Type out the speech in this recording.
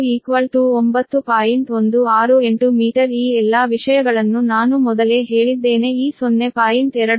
168 metre ಈ ಎಲ್ಲಾ ವಿಷಯಗಳನ್ನು ನಾನು ಮೊದಲೇ ಹೇಳಿದ್ದೇನೆ ಈ 0